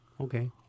Okay